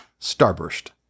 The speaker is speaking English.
Starburst